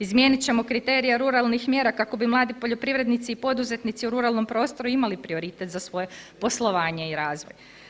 Izmijenit ćemo kriterije ruralnih mjera kako bi mladi poljoprivrednici i poduzetnici u ruralnom prostoru imali prioritet za svoje poslovanje i razvoj.